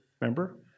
remember